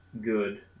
good